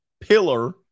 pillar